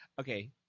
okay